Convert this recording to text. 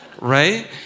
Right